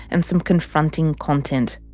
and some confronting contentosman